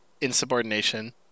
insubordination